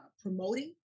promoting